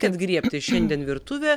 kad griebti šiandien virtuvę